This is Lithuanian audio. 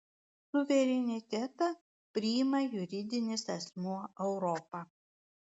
suverenitetą priima juridinis asmuo europa